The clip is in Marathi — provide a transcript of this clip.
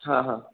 हां हां